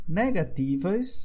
negativas